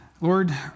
Lord